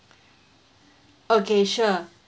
okay sure